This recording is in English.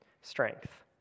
strength